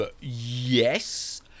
yes